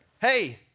hey